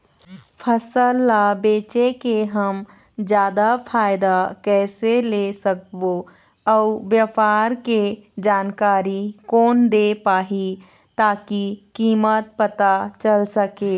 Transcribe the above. फसल ला बेचे के हम जादा फायदा कैसे ले सकबो अउ व्यापार के जानकारी कोन दे पाही ताकि कीमत पता चल सके?